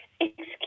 excuse